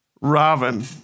Robin